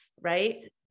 right